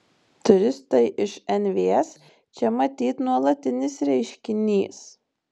turistai iš nvs čia matyt nuolatinis reiškinys